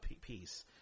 piece